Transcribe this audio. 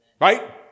right